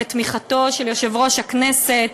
בתמיכתו של יושב-ראש הכנסת,